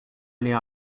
aller